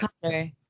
color